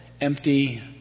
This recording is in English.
empty